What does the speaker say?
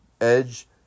Edge